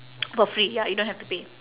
for free ya you don't have to pay